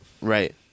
Right